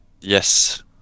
Yes